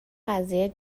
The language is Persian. قضیه